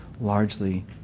largely